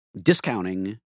discounting